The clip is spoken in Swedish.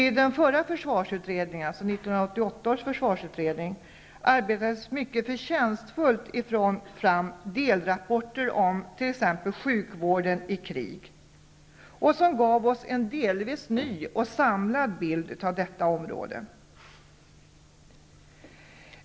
I den förra försvarsutredningen -- 1988 års -- arbetades det mycket förtjänstfullt fram delrapporter, t.ex. om sjukvården i krig, som gav oss en delvis ny och samlad bild av detta område.